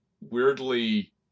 weirdly